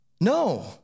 no